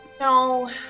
No